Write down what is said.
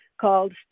called